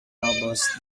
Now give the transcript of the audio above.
nobles